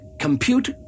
Compute